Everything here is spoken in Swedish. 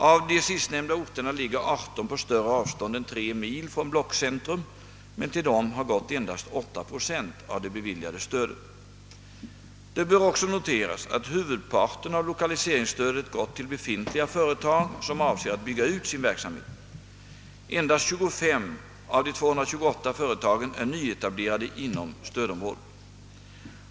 Av de sistnämnda orterna ligger 18 på större avstånd än 3 mil från blockcentrum men till dem har gått endast åtta procent av det beviljade stödet. Det bör också noteras att huvudparten av lokaliseringsstödet gått till befintliga företag som avser att bygga ut sin verksamhet. Endast 25 av de 228 företagen är nyetablerade inom stödområdet.